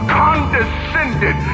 condescended